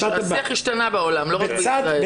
השיח בעולם השתנה ולא רק בישראל.